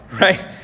Right